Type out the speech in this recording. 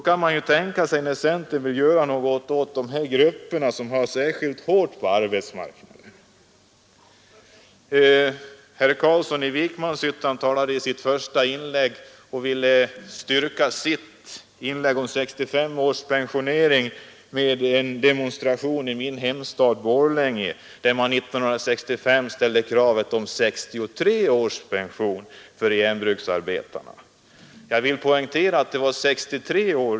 Centern säger sig vilja göra något för de grupper som har det särskilt hårt på arbetsmarknaden, men herr Carlsson i Vikmanshyttan ville i sitt första anförande styrka sitt inlägg för pensionering vid 65 år med en demonstration i min hemstad Borlänge, där man 1965 reste kravet om pensionering vid 63 år för järnbruksarbeterna. Jag vill poängtera att det var vid 63 år.